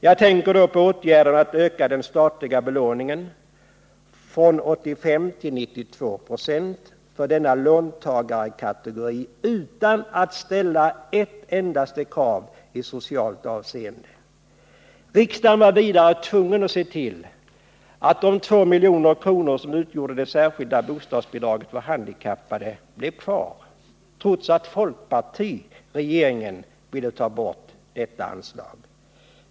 Jag tänker då på åtgärden att öka den statliga belåningen från 85 till 92 96 för denna låntagarkategori utan att ställa ett enda krav i socialt avseende. Riksdagen var vidare tvungen att se till att de 2 milj.kr. som utgjorde det särskilda bostadsbidraget för handikappade blev kvar, trots att folkpartiet ville ta bort det anslaget.